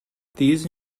these